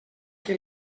que